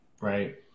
right